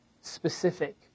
specific